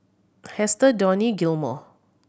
Hester Donnie Gilmore